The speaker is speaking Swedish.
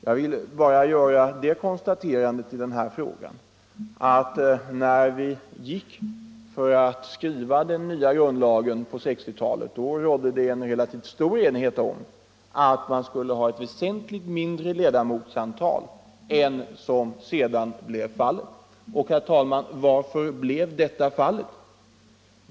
Jag vill bara göra det konstaterandet att när man gick till att skriva den nya grundlagen på 1960-talet rådde det en relativt stor enighet om att man skulle ha ett väsentligt mindre ledamotsantal än det som sedan blev fallet. Och, herr talman, varför blev detta fallet?